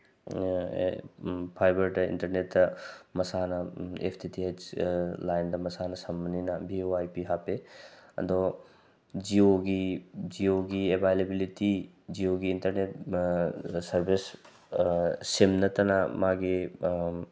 ꯐꯥꯏꯕꯔꯗ ꯏꯟꯇꯔꯅꯦꯠꯇ ꯃꯁꯥꯅ F T T ꯍꯩꯁ ꯂꯥꯏꯟꯗ ꯃꯁꯥꯅ ꯁꯝꯕꯅꯤꯅ ꯚꯤ ꯋꯥꯏ ꯄꯤ ꯍꯥꯞꯄꯦ ꯑꯗꯣ ꯖꯤꯌꯣꯒꯤ ꯖꯤꯌꯣꯒꯤ ꯑꯦꯚꯥꯏꯂꯦꯕꯤꯂꯤꯇꯤ ꯖꯤꯌꯣꯒꯤ ꯏꯟꯇꯔꯅꯦꯠ ꯁꯔꯚꯤꯁ ꯁꯤꯝ ꯅꯠꯇꯅ ꯃꯥꯒꯤ